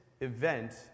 event